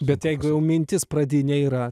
bet jeigu jau mintis pradinė yra